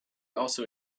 also